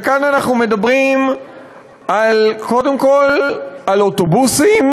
וכאן אנחנו מדברים קודם כול על אוטובוסים,